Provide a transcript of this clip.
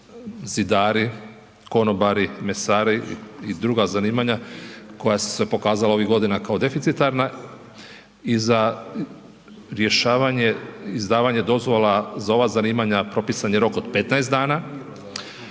zidari, konobari, mesari i druga zanimanja koja su se pokazala ovih godina kao deficitarna i za rješavanje izdavanja dozvola za ova zanimanja, propisan je rok od 15 dana.